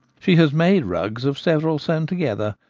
she has made rugs of several sewn together,